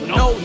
no